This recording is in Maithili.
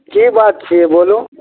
की बात छियै बोलू